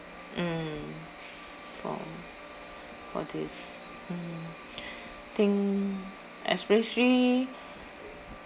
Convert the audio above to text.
mm for all these mm think especially